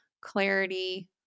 Clarity